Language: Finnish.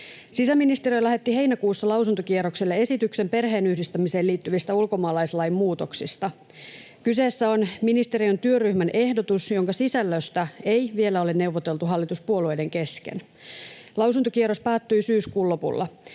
Sisäministeriö lähetti heinäkuussa lausuntokierrokselle esityksen perheenyhdistämiseen liittyvistä ulkomaalaislain muutoksista. Kyseessä on ministeriön työryhmän ehdotus, jonka sisällöstä ei vielä ole neuvoteltu hallituspuolueiden kesken. Lausuntokierros päättyi syyskuun lopulla.